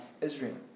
Israel